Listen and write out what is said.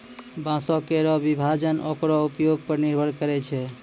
बांसों केरो विभाजन ओकरो उपयोग पर निर्भर करै छै